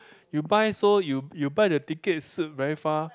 you buy so you you buy the tickets very far